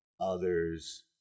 others